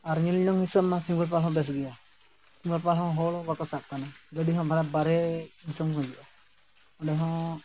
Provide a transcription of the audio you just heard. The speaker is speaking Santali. ᱟᱨ ᱧᱮᱞ ᱡᱚᱝ ᱦᱤᱥᱟᱹᱵᱽᱢᱟ ᱥᱤᱢᱲᱤ ᱯᱟᱲ ᱦᱚᱸ ᱵᱮᱥ ᱜᱮᱭᱟ ᱥᱤᱢᱲᱤ ᱯᱟᱲ ᱦᱚᱸ ᱦᱚᱲ ᱵᱟᱠᱚ ᱥᱟᱦᱚᱵ ᱠᱟᱱᱟ ᱜᱟᱹᱰᱤ ᱦᱚᱸ ᱵᱷᱟᱨᱚᱛ ᱵᱟᱦᱨᱮ ᱫᱤᱥᱚᱢ ᱠᱷᱚᱱ ᱦᱤᱡᱩᱜᱼᱟ ᱚᱸᱰᱮ ᱦᱚᱸ